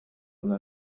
إلى